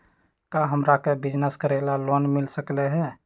का हमरा के बिजनेस करेला लोन मिल सकलई ह?